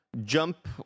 jump